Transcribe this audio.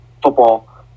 football